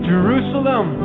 Jerusalem